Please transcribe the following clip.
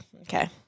Okay